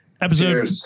Episode